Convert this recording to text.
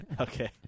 Okay